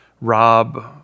rob